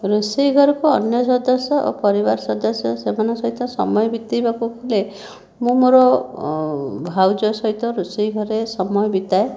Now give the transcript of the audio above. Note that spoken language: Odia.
ରୋଷେଇ ଘରକୁ ଅନ୍ୟ ସଦସ୍ୟ ଓ ପରିବାର ସଦସ୍ୟ ସେମାନଙ୍କ ସହିତ ସମୟ ବିତାଇବାକୁ ହେଲେ ମୁଁ ମୋର ଭାଉଜ ସହିତ ରୋଷେଇ ଘରେ ସମୟ ବିତାଏ